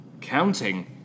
Counting